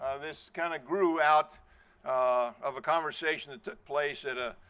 ah this kind of grew out of a conversation that took place at a